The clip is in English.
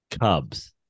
Cubs